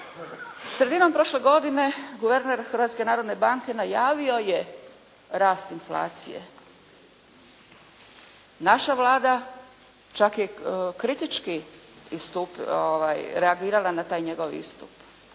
Sredinom prošle godine guverner Hrvatske narodne banke najavio je rast inflacije. Naša Vlada čak je kritički reagirala na taj njegov istup.